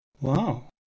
Wow